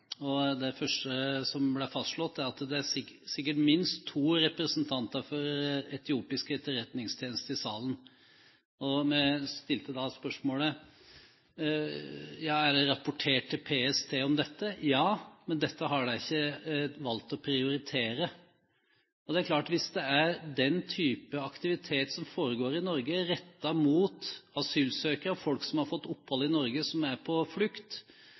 der. Det første som ble fastslått, var at det var minst to representanter fra etiopisk etterretningstjeneste i salen. Vi stilte da spørsmålet: Er dette rapportert til PST? Ja, men dette har de ikke valgt å prioritere. Det er klart at hvis den type aktivitet foregår i Norge rettet mot asylsøkere, folk som har fått opphold i Norge, som er på flukt,